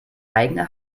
eigene